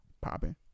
popping